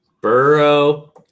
Burrow